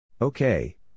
Okay